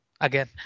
again